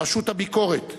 רשות הביקורת,